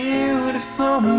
Beautiful